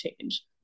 change